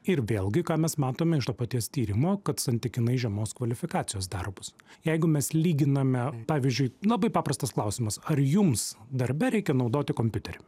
ir vėlgi ką mes matome iš to paties tyrimo kad santykinai žemos kvalifikacijos darbus jeigu mes lyginame pavyzdžiui labai paprastas klausimas ar jums darbe reikia naudoti kompiuterį